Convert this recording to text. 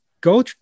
go